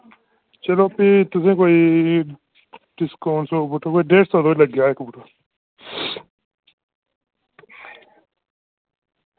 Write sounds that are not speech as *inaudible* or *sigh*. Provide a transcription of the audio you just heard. चलो फ्ही तुसें कोई डिस्काउंट *unintelligible* कोई डेढ़ रपे लग्गी जाग इक बूह्टा